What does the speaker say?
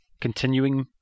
continuing